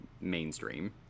mainstream